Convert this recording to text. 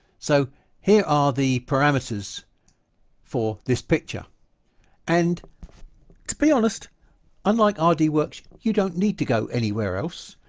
so here are the parameters for this picture and to be honest unlike ah rdworks you don't need to go anywhere else.